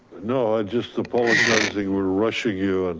no, i just apologizing, we're rushing you. and